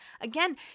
Again